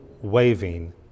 waving